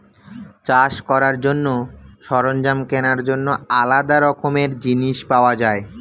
চাষ করার জন্য সরঞ্জাম কেনার জন্য আলাদা রকমের জিনিস পাওয়া যায়